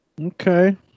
Okay